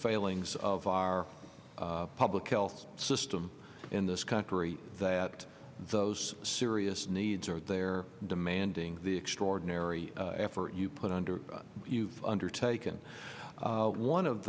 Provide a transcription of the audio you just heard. failings of our public health system in this country that those serious needs are there demanding the extraordinary effort you put under you've undertaken one of